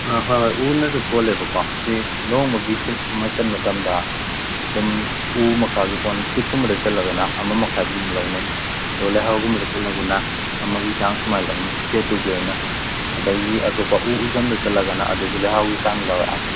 ꯍꯣꯏ ꯍꯣꯏ ꯎꯅꯁꯨ ꯄꯣꯂꯦꯕꯀꯣ ꯂꯨꯍꯣꯡꯕꯒꯤ ꯁꯦꯠ ꯑꯃ ꯆꯟꯕ ꯃꯇꯝꯗ ꯑꯗꯨꯝ ꯎꯒꯤ ꯃꯈꯥ ꯄꯣꯂꯦ ꯇꯤꯛ ꯀꯨꯝꯕꯗ ꯆꯜꯂꯒꯅ ꯑꯃ ꯃꯈꯥꯏ ꯒꯨꯝꯕ ꯂꯧꯅꯩ ꯑꯗꯨꯒ ꯂꯩꯍꯥꯎꯒꯨꯝꯕꯗ ꯆꯜꯂꯒꯅ ꯑꯃꯒꯤ ꯆꯥꯡ ꯁꯨꯃꯥꯏꯅ ꯂꯧꯅꯩ ꯁꯦꯠꯇꯨꯒꯤ ꯑꯣꯏꯅ ꯑꯗꯒꯤ ꯑꯇꯣꯞꯄ ꯎ ꯎꯆꯝꯗ ꯆꯜꯂꯒꯅ ꯑꯗꯨꯁꯨ ꯂꯩꯍꯥꯎꯒꯤ ꯆꯥꯡꯗ ꯂꯧꯔꯛ ꯑꯅꯤ